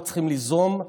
לא צריכים ליזום,